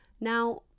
Now